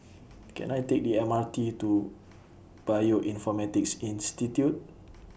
Can I Take The M R T to Bioinformatics Institute